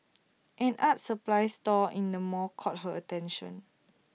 an art supplies store in the mall caught her attention